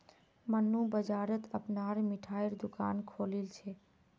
मन्नू बाजारत अपनार मिठाईर दुकान खोलील छ